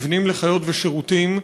מבנים לחיות ושירותים,